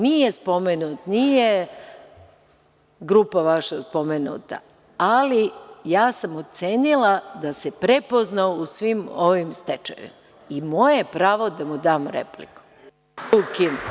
Nije spomenut, nije vaša grupa spomenuta, ali ja sam ocenila da se prepoznao u svim ovim stečajevima i moje je pravo da mu dam repliku.